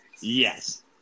yes